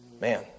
Man